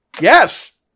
Yes